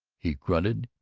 he grunted,